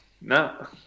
no